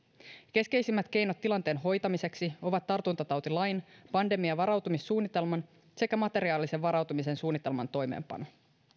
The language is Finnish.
keskeisimmät keinot tilanteen hoitamiseksi ovat tartuntatautilain pandemian varautumissuunnitelman sekä materiaalisen varautumisen suunnitelman toimeenpano